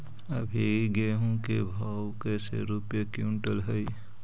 अभी गेहूं के भाव कैसे रूपये क्विंटल हई?